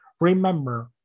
remember